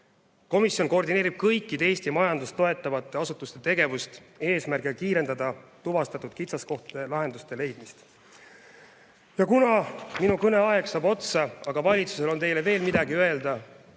Komisjon koordineerib kõikide Eesti majandust toetavate asutuste tegevust, eesmärgiga kiirendada tuvastatud kitsaskohtadele lahenduste leidmist. Ja kuna minu kõneaeg saab otsa, aga valitsusel on teile veel midagi öelda,